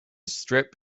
strip